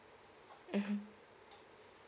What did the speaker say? mmhmm